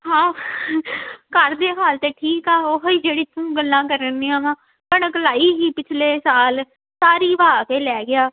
ਹਾਂ ਘਰ ਦੇ ਹਾਲ ਤਾਂ ਠੀਕ ਆ ਉਹੀ ਜਿਹੜੀ ਤੂੰ ਗੱਲਾਂ ਕਰਨੀਆਂ ਵਾ ਕਣਕ ਲਾਈ ਸੀ ਪਿਛਲੇ ਸਾਲ ਸਾਰੀ ਵਾਹ ਕੇ ਲੈ ਗਿਆ